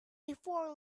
before